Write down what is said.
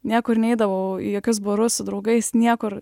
niekur neidavau į jokius barus su draugais niekur